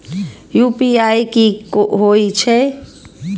UPI की होई छै?